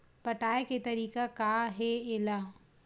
पटाय के तरीका का हे एला?